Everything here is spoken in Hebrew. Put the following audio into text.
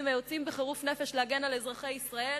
היוצאים בחירוף נפש להגן על אזרחי ישראל,